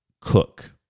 cook